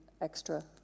extra